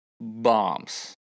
bombs